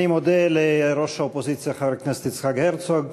אני מודה לראש האופוזיציה, חבר הכנסת יצחק הרצוג,